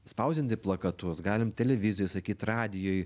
spausdinti plakatus galim televizijoj sakyt radijuj